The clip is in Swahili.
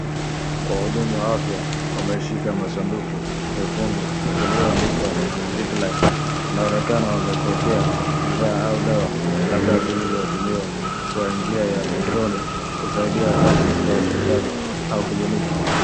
Wahudumu wa afya wameshika masanduku mekundu yaliyoandikwa zit line. Wanaonekana wamepokea bidhaa au dawa labda zilizotumiwa kwa njia ya drone kusaidia kazi za hospitali au kliniki.